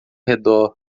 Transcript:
redor